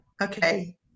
Okay